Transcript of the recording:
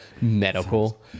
medical